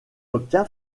obtient